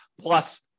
plus